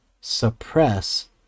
suppress